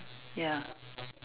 ya